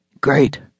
Great